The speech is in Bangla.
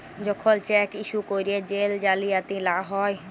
যখল চ্যাক ইস্যু ক্যইরে জেল জালিয়াতি লা হ্যয়